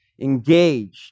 engaged